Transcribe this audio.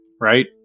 Right